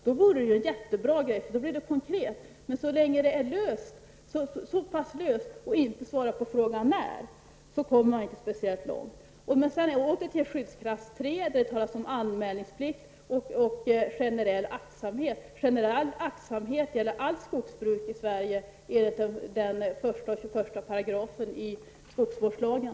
Då vore det en jättebra grej. Då blev det konkret. Men så länge förslaget är så pass löst och inte svarar på frågan när, kommer man inte speciellt långt. I skyddsklass 3 talas det om anmälningsplikt och generell aktsamhet. Generell aktsamhet gäller allt skogsbruk i Sverige enligt 1 och 21 §§ i skogsvårdslagen.